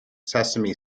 sesame